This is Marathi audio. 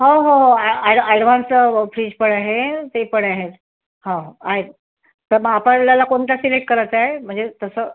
हो हो हो ॲ ॲड ॲडवान्सचा फ्रीज पण आहे ते पण आहेत हो आहेत तर मग आपल्याला कोणता सिलेक्ट करायचा आहे म्हणजे तसं